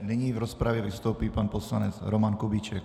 Nyní v rozpravě vystoupí pan poslanec Roman Kubíček.